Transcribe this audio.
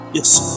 Yes